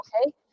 okay